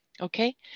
Okay